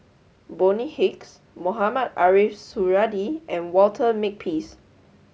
Bonny Hicks Mohamed Ariff Suradi and Walter Makepeace